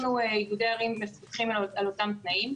אנחנו איגודי ערים מפקחים על אותם תנאים.